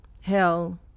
hell